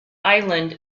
island